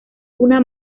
una